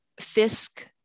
Fisk